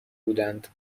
بودند